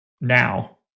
now